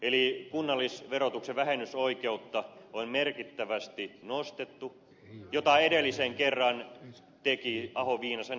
eli kunnallisverotuksen vähennysoikeutta on merkittävästi nostettu minkä edellisen kerran teki ahonviinasen hallitus